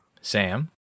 Sam